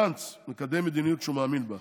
גנץ מקדם מדיניות שהוא מאמין בה,